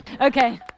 Okay